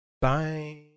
Bye